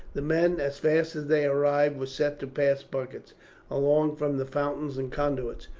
the men, as fast as they arrived, were set to pass buckets along from the fountains and conduits.